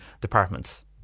departments